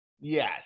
Yes